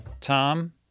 Tom